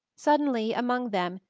suddenly, among them,